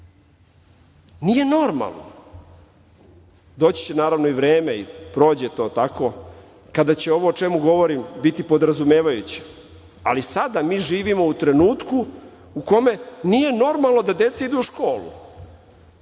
Nije normalno, doći će naravno i vreme, prođe to tako, kada će ovo o čemu govorim biti podrazumevajuće, ali sada mi živimo u trenutku u kome nije normalno da deca idu u školu